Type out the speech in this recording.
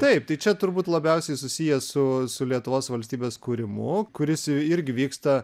taip tai čia turbūt labiausiai susiję su su lietuvos valstybės kūrimu kuris irgi vyksta